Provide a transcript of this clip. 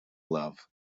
love